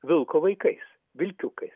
vilko vaikais vilkiukais